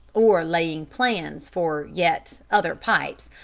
or laying plans for yet other pipes,